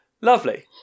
Lovely